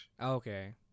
Okay